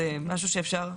זה משהו שאפשר?